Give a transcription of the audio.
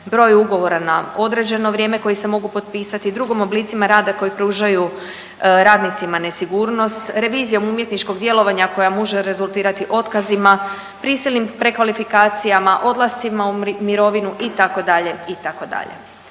broju ugovora na određeno vrijeme koji se mogu potpisati, drugim oblicima rada koji pružaju radnicima nesigurnost, revizijom umjetničkog djelovanja koja može rezultirati otkazima, prisilnim prekvalifikacijama, odlascima u mirovinu itd., itd.